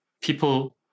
people